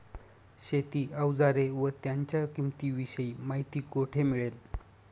शेती औजारे व त्यांच्या किंमतीविषयी माहिती कोठे मिळेल?